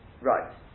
Right